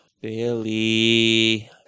Billy